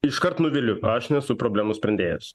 iškart nuviliu aš nesu problemų sprendėjas